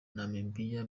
namibia